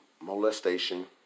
molestation